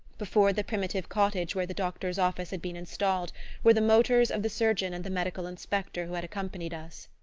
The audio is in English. before the primitive cottage where the doctor's office had been installed were the motors of the surgeon and the medical inspector who had accompanied us.